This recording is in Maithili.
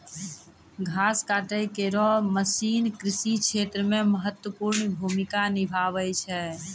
घास काटै केरो मसीन कृषि क्षेत्र मे महत्वपूर्ण भूमिका निभावै छै